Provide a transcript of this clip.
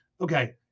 Okay